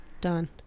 done